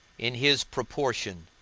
in his proportion,